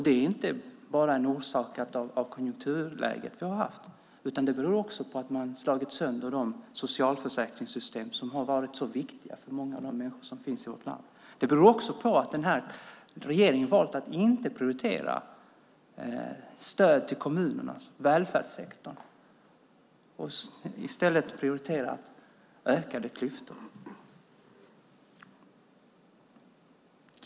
Det är inte bara orsakat av det konjunkturläge som vi har haft, utan det beror också på att man har slagit sönder de socialförsäkringssystem som har varit så viktiga för många av de människor som finns i vårt land. Det beror också på att denna regering har valt att inte prioritera stöd till kommunernas välfärdssektor. I stället har man prioriterat ökade klyftor.